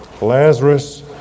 Lazarus